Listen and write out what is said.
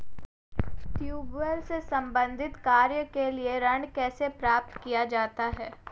Tubewell से संबंधित कार्य के लिए ऋण कैसे प्राप्त किया जाए?